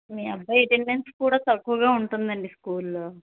మీ అబ్బాయి అటెండెన్స్ కూడా తక్కువగా ఉంటుందండి స్కూల్లో